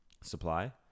Supply